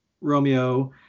Romeo